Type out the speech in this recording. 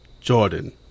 Jordan